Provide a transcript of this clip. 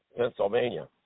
Pennsylvania